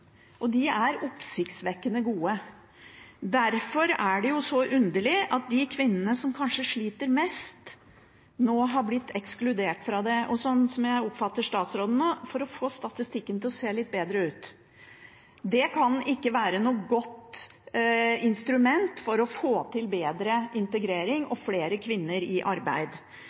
og de er oppsiktsvekkende gode. Derfor er det så underlig at de kvinnene som kanskje sliter mest, nå har blitt ekskludert fra det – og som jeg oppfatter statsråden nå – for å få statistikken til å se litt bedre ut. Det kan ikke være noe godt instrument for å få til bedre integrering og flere kvinner i arbeid.